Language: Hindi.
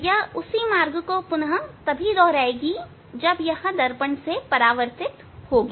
यह उसी मार्ग को पुनः तभी दोहराएगी जब यह दर्पण से परावर्तित होगी